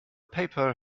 paper